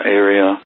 area